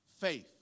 faith